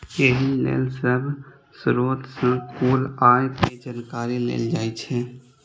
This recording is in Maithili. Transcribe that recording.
एहि लेल सब स्रोत सं कुल आय के जानकारी लेल जाइ छै